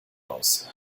aus